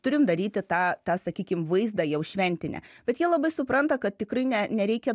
turim daryti tą tą sakykim vaizdą jau šventinį bet jie labai supranta kad tikrai ne nereikia